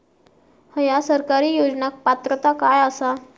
हया सरकारी योजनाक पात्रता काय आसा?